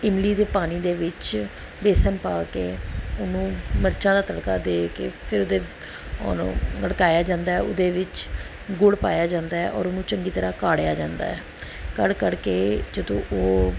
ਇਮਲੀ ਦੇ ਪਾਣੀ ਦੇ ਵਿੱਚ ਬੇਸਣ ਪਾ ਕੇ ਉਹਨੂੰ ਮਿਰਚਾਂ ਦਾ ਤੜਕਾ ਦੇ ਕੇ ਫਿਰ ਉਹਦੇ ਉਹਨੂੰ ਬੜਕਾਇਆ ਜਾਂਦਾ ਉਹਦੇ ਵਿੱਚ ਗੁੜ ਪਾਇਆ ਜਾਂਦਾ ਔਰ ਉਹਨੂੰ ਚੰਗੀ ਤਰ੍ਹਾਂ ਕਾੜ੍ਹਿਆ ਜਾਂਦਾ ਹੈ ਕੜ੍ਹ ਕੜ੍ਹ ਕੇ ਜਦੋਂ ਉਹ